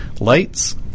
Lights